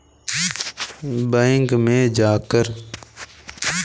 मैं अपने बैंक खाते की शेष राशि की जाँच करना चाहता हूँ यह मेरे द्वारा कैसे हो सकता है?